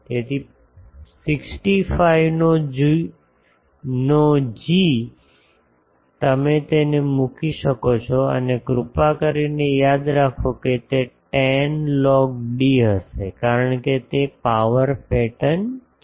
તેથી 65 નો જી તમે તેને મૂકી શકો છો અને કૃપા કરીને યાદ રાખો કે તે 10 log d હશે કારણ કે તે પાવર પેટર્ન છે